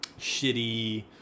shitty